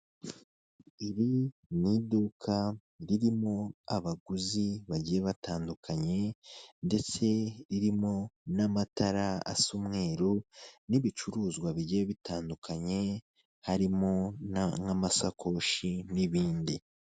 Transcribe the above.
Iri ni iduka ririmo abaguzi bagiye batandukanye ndetse ririmo n'amatara asa umweru n'ibicuruzwa bigiye bitandukanye, harimo nk'amasakoshi n'ibindi.